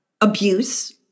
abuse